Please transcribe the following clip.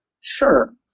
sure